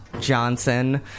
Johnson